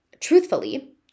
truthfully